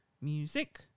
Music